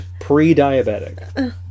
pre-diabetic